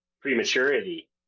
prematurity